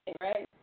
right